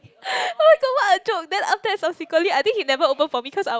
oh-my-god what a joke then after subsequently I think he never open for me cause I'll